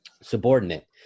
subordinate